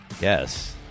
Yes